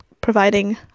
Providing